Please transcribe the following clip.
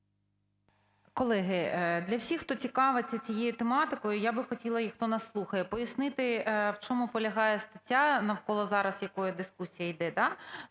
Колеги, для всіх, хто цікавиться цією тематикою, я би хотіла, хто нас слухає, пояснити, в чому полягає стаття, навколо зараз якої дискусія йде,